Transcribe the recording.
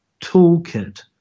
toolkit